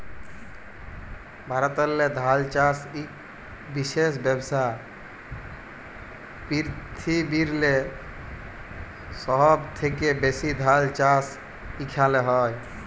ভারতেল্লে ধাল চাষ ইক বিশেষ ব্যবসা, পিরথিবিরলে সহব থ্যাকে ব্যাশি ধাল চাষ ইখালে হয়